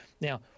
Now